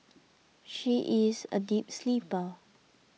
she is a deep sleeper